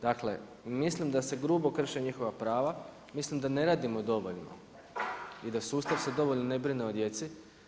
Dakle, mislim da se grubo krše njihova prava, mislim da ne radimo dovoljno i da sustav se dovoljno ne brine o djeci.